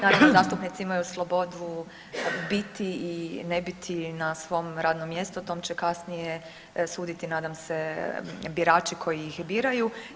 Naravno zastupnici imaju slobodu biti i ne biti na svom radnom mjestu, o tom će kasnije suditi nadam se birači koji ih biraju.